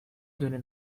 دونی